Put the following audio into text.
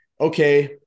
okay